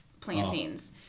plantings